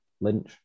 Lynch